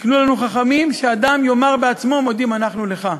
תיקנו לנו חכמים שאדם יאמר בעצמו "מודים אנחנו לך",